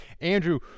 Andrew